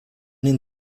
den